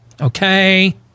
Okay